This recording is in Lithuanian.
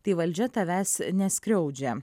tai valdžia tavęs neskriaudžia